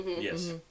Yes